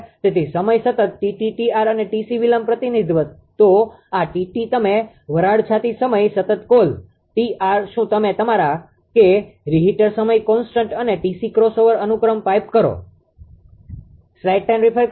તેથી સમય સતતઅને વિલંબ પ્રતિનિધિત્વ તો આ તમે વરાળ છાતી સમય સતત કૉલ શું તમે તમારા કે રીહીટર સમય કોન્સ્ટન્ટ અને ક્રોસઓવર અનુક્રમે પાઈપકરો